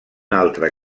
altre